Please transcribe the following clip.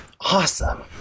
awesome